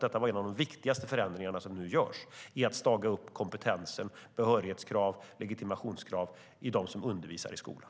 Det är en av de viktigaste förändringarna att staga upp kompetens, behörighetskrav och legitimationskrav för dem som undervisar i skolan.